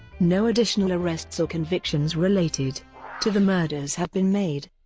no additional arrests or convictions related to the murders have been made.